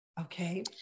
Okay